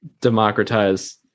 democratize